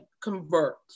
convert